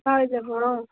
পাই যাব অঁ